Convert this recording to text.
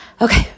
okay